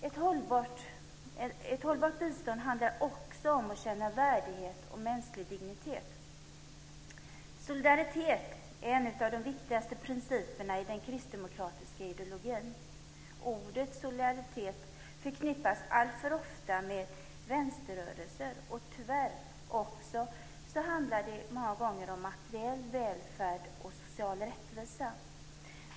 Ett hållbart bistånd handlar också om en känsla av värdighet och mänsklig dignitet. Solidaritet är en av de viktigaste principerna i den kristdemokratiska ideologin. Ordet solidaritet förknippas alltför ofta med vänsterrörelser, och tyvärr handlar det många gånger om materiell välfärd och social rättvisa.